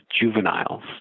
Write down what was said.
juveniles